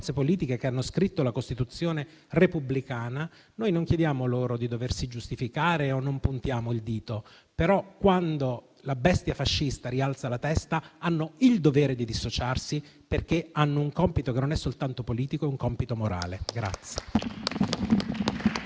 a quelle che hanno scritto la Costituzione repubblicana, non chiediamo loro di giustificarsi, né puntiamo il dito, però, quando la bestia fascista rialza la testa, hanno il dovere di dissociarsi, perché hanno un compito che non è soltanto politico, ma morale.